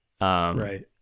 Right